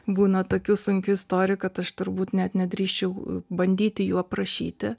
būna tokių sunkių istorijų kad aš turbūt net nedrįsčiau bandyti jų aprašyti